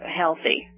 healthy